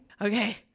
Okay